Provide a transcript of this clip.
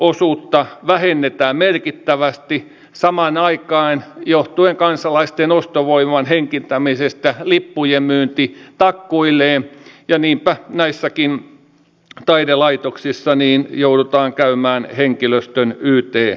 valtionosuutta vähennetään merkittävästi samaan aikaan johtuen kansalaisten ostovoiman heikentämisestä lippujen myynti takkuilee ja niinpä näissäkin taidelaitoksissa joudutaan käymään henkilöstön yt neuvottelut